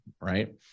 right